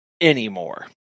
anymore